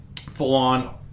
full-on